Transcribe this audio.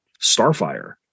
Starfire